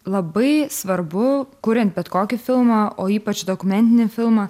labai svarbu kuriant bet kokį filmą o ypač dokumentinį filmą